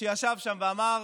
שישב שם ואמר: